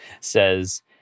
says